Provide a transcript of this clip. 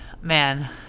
man